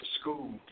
school